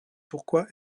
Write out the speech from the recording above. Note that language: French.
pourquoi